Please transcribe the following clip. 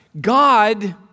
God